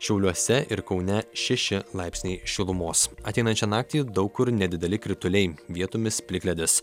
šiauliuose ir kaune šeši laipsniai šilumos ateinančią naktį daug kur nedideli krituliai vietomis plikledis